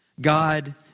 God